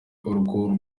urwo